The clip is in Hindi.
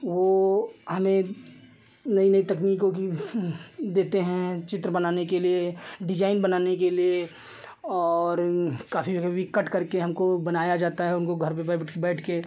वह हमें नई नई तकनीकों की देते हैं चित्र बनाने के लिए डिज़ाइन बनाने के लिए और काफ़ी कभी कट करके हमको बनाया जाता है उनको घर पर बैठकर